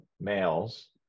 males